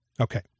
okay